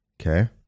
okay